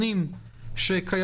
שחלק